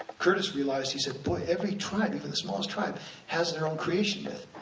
curtis realized, he said, boy, every tribe, even the smallest tribe has their own creation myth.